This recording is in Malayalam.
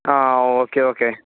ആ ഓക്കെ ഓക്കെ